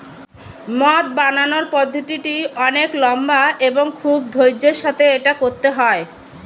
মদ বানানোর পদ্ধতিটি অনেক লম্বা এবং খুব ধৈর্য্যের সাথে এটা করতে হয়